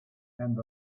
and